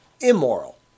immoral